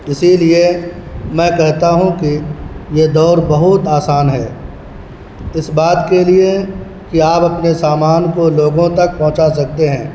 اسی لیے میں کہتا ہوں کہ یہ دور بہت آسان ہے اس بات کے لیے کہ آپ اپنے سامان کو لوگوں تک پہنچا سکتے ہیں